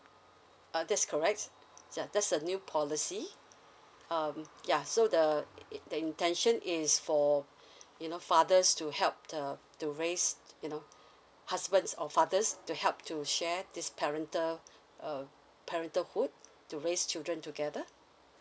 uh that's correct ya that's the new policy um ya so the e~ the intention is for you know fathers to help the to raise you know husbands or fathers to help to share this parental uh parenthood to raise children together